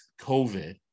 COVID